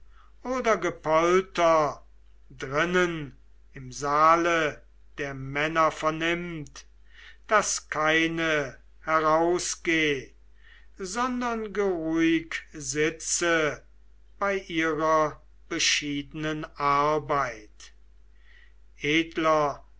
oder gepolter drinnen im saale der männer vernimmt daß keine herausgeh sondern geruhig sitze bei ihrer beschiedenen arbeit edler